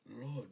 Lord